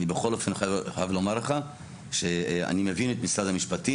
אני בכל אופן חייב לומר לך שאני מבין את משרד המשפטים.